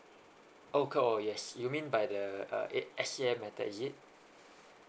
okay call yes you mean by the S_A_M is it